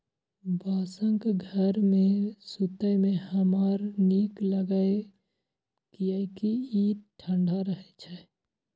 बांसक घर मे सुतै मे हमरा नीक लागैए, कियैकि ई ठंढा रहै छै